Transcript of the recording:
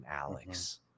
Alex